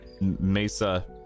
Mesa